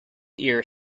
ear